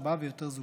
ארבעה ויותר זוגות.